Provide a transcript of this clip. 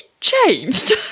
changed